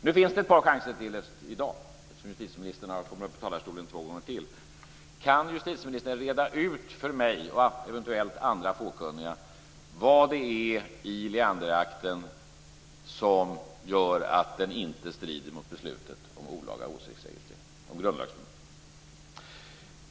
Det finns ett par chanser till i dag eftersom justitieministern kommer upp i talarstolen två gånger till. Kan justitieministern reda ut för mig, och eventuellt andra fåkunniga, vad det är i Leanderakten som gör att den inte strider mot beslutet i grundlagen om olaga åsiktsregistrering?